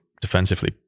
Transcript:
defensively